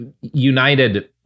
united